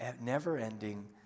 never-ending